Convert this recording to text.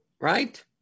Right